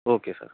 okay sir